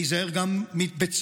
להיזהר גם בצוננים,